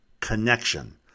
Connection